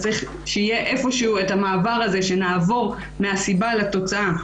אז צריך שיהיה איפשהו את המעבר הזה שנעבור מהסיבה לתוצאה.